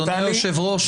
אדוני היושב-ראש.